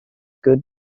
good